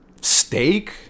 Steak